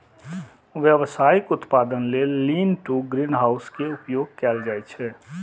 व्यावसायिक उत्पादन लेल लीन टु ग्रीनहाउस के उपयोग कैल जाइ छै